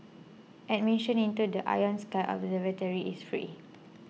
admission into the Ion Sky observatory is free